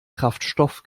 kraftstoff